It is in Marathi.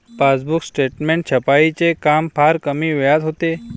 पासबुक स्टेटमेंट छपाईचे काम फार कमी वेळात होते